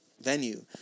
venue